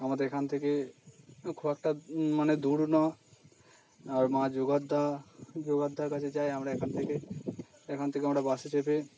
আমাদের এখান থেকে খুব একটা মানে দূর না আর মা দার কাছে যাই আমরা এখান থেকে এখান থেকে আমরা বাসে চেপে